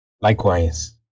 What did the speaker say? Likewise